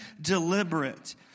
deliberate